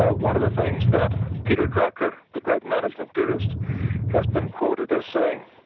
ah one of the things that peter drucker, the great management theorist has been quoted as saying,